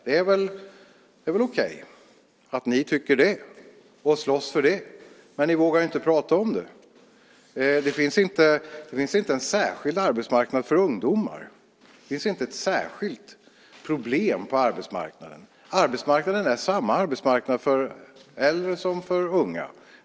Det är väl okej att ni tycker det och slåss för det, men ni vågar ju inte prata om det. Det finns inte en särskild arbetsmarknad för ungdomar. Det finns inte ett särskilt problem på arbetsmarknaden för dem. Arbetsmarknaden är samma arbetsmarknad för äldre som för unga.